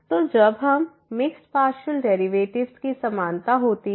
तो जब इस मिक्स्ड पार्शियल डेरिवेटिव्स की समानता होती है